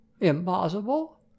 Impossible